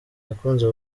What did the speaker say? yakunze